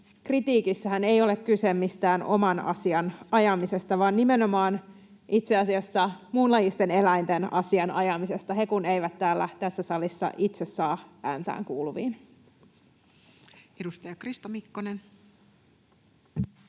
kritiikissähän ei ole kyse mistään oman asian ajamisesta vaan nimenomaan itse asiassa muunlajisten eläinten asian ajamisesta — he kun eivät tässä salissa itse saa ääntään kuuluviin. [Speech 221] Speaker: